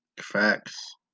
facts